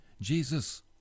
Jesus